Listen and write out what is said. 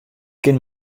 kin